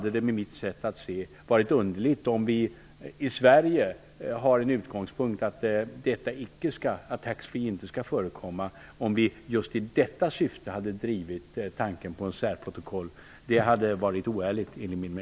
Enligt mitt sätt att se vore det underligt om vi i Sverige har utgångspunkten att taxfree inte skall förekomma och just i detta syfte skulle driva tanken på ett särprotokoll. Det hade varit oärligt enligt min mening.